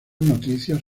noticias